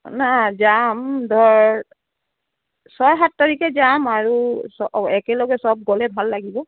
নাই যাম ধৰ ছয় সাত তাৰিখে যাম আৰু চ একেলগে চব গ'লে ভাল লাগিব